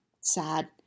sad